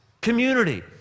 Community